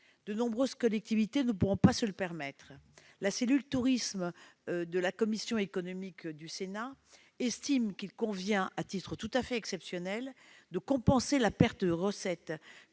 De nombreuses collectivités ne pourront pas se le permettre. La cellule « tourisme » de la commission des affaires économiques estime qu'il convient, à titre tout à fait exceptionnel, de compenser la perte de recettes